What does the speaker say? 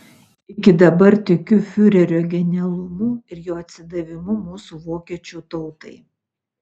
iki dabar tikiu fiurerio genialumu ir jo atsidavimu mūsų vokiečių tautai